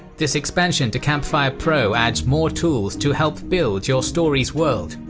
this expansion to campfire pro adds more tools to help build your story's world.